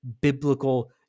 biblical